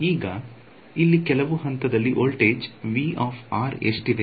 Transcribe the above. ಈಗ ಇಲ್ಲಿ ಕೆಲವು ಹಂತದಲ್ಲಿ ವೋಲ್ಟೇಜ್ ಎಷ್ಟಿದೆ